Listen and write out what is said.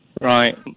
Right